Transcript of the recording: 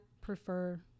prefer